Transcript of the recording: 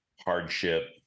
hardship